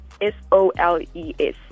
S-O-L-E-S